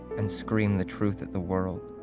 and scream the truth at the world.